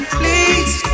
please